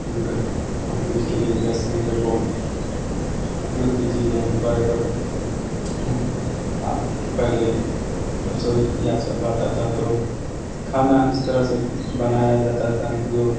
मेंगा बहुत जिसके लिए गैस सिलेंडर बहुत उपयोग की चीज़ें बड़े बड़े आप पहले रसोई या सब आता था तो खाना इस तरह से बनाया जाता था जो